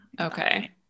Okay